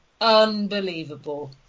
Unbelievable